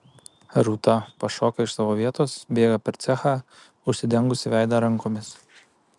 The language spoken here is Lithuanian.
rūta pašoka iš savo vietos bėga per cechą užsidengusi veidą rankomis